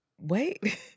Wait